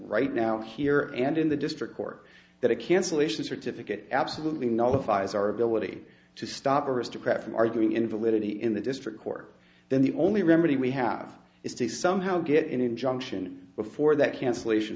right now here and in the district court that a cancellation certificate absolutely no fi's our ability to stop aristocrat from arguing in validity in the district court then the only remedy we have is to somehow get an injunction before that cancellation